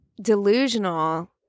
delusional